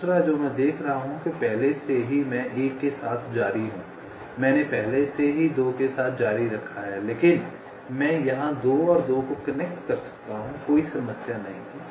दूसरा जो मैं देख रहा हूं कि पहले से ही मैं 1 के साथ जारी हूं मैंने पहले से ही 2 के साथ जारी रखा है लेकिन मैं यहां 2 और 2 को कनेक्ट कर सकता हूँ कोई समस्या नहीं है